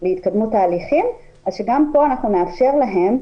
להתקדמות ההליכים, שגם פה אנחנו נאפשר להם